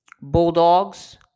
Bulldogs